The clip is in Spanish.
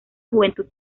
juventud